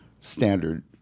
standard